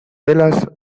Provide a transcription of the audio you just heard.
velas